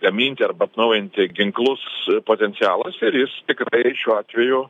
gaminti arba atnaujinti ginklus potencialas ir jis tikrai šiuo atveju